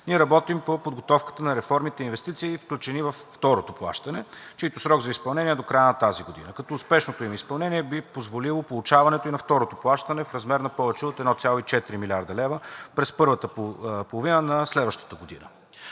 Ние работим по подготовката на реформите и инвестиции, включени във второто плащане, чийто срок за изпълнение е до края на тази година, като успешното им изпълнение би позволило получаването и на второто плащане в размер на повече от 1,4 млрд. лв. през първата половина на следващата година.